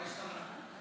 מה השתנה?